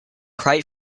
quite